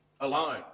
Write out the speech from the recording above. alone